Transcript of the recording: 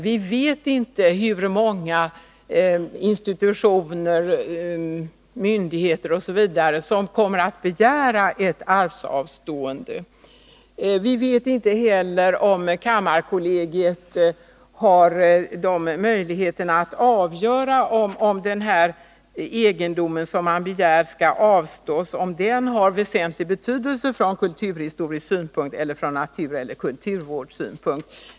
Vi vet inte hur många institutioner, myndigheter osv. som kommer att begära ett arvsavstående. Vi vet vidare inte om kammarkollegiet har möjligheter att avgöra om den egendom som man begär skall avstås har väsentlig betydelse från kulturhistorisk synpunkt eller från naturvårdseller kulturvårdssynpunkt.